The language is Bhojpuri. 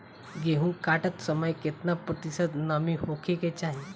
गेहूँ काटत समय केतना प्रतिशत नमी होखे के चाहीं?